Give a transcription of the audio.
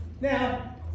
Now